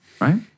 right